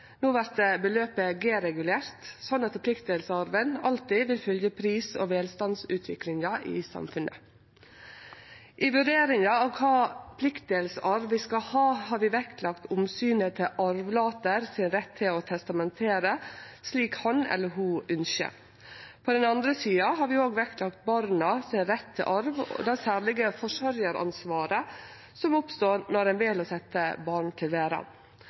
No vert beløpet G-regulert, slik at pliktdelsarven alltid vil følgje pris- og velstandsutviklinga i samfunnet. I vurderinga av kva pliktdelsarv vi skal ha, har vi vektlagt omsynet til arvlataren sin rett til å testamentere slik han eller ho ønskjer. På den andre sida har vi òg vektlagt barna sin rett til arv og det særlege forsørgjaransvaret som oppstår når ein vel å setje barn til